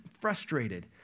frustrated